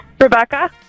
Rebecca